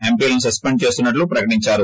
ఎంపీలను సస్పెండ్ చేస్తున్నట్టు ప్రకటించారు